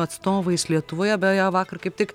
atstovais lietuvoje beje vakar kaip tik